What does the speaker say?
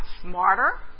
smarter